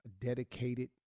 dedicated